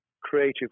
creative